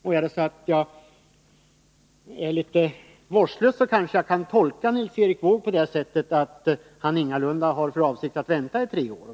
Om jag är litet vårdslös, kanske jag kan tolka Nils Erik Wååg på det sättet att han ingalunda har för avsikt att vänta i tre år.